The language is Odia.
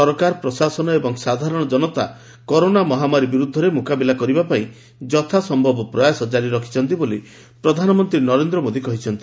ସରକାର ପ୍ରଶାସନ ଏବଂ ସାଧାରଣ ଜନତା କରୋନା ମହାମାରୀ ବିରୁଦ୍ଧରେ ମୁକାବିଲା କରିବା ପାଇଁ ଯଥା ସ ରଖିଛନ୍ତି ବୋଲି ପ୍ରଧାନମନ୍ତୀ ନରେନ୍ଦ ମୋଦି କହିଛନ୍ତି